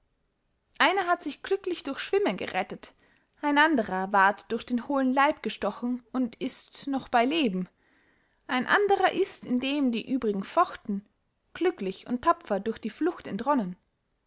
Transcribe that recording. einer hat sich glücklich durch schwimmen gerettet ein anderer ward durch den hohlen leib gestochen und ist noch bey leben ein anderer ist indem die übrigen fochten glücklich und tapfer durch die flucht entronnen